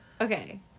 Okay